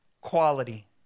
quality